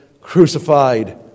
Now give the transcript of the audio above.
crucified